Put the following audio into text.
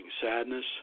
sadness